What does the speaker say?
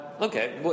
Okay